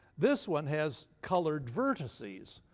this one has colored vertices.